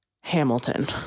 Hamilton